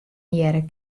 hearre